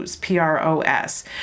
P-R-O-S